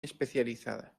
especializada